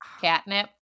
Catnip